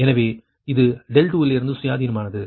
எனவே இது 2 லிருந்து சுயாதீனமானது